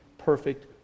perfect